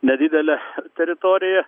nedidelė teritorija